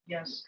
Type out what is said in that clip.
Yes